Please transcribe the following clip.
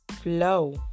Flow